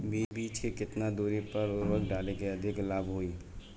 बीज के केतना दूरी पर उर्वरक डाले से अधिक लाभ होई?